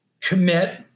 commit